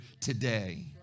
today